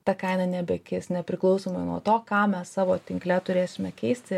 ta kaina nebekis nepriklausomai nuo to ką mes savo tinkle turėsime keisti